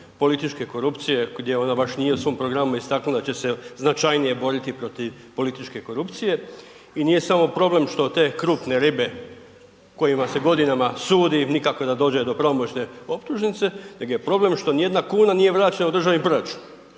političke korupcije gdje ona baš nije u svom programu istaknula da će se značajnije boriti protiv političke korupcije i nije samo problem što te krupne ribe kojima se godinama sudi nikako da dođe do pravomoćne optužnice nego je problem što nijedna kuna nije vraćena u državni proračun.